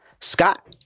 Scott